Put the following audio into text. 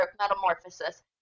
metamorphosis